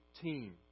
team